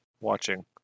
watching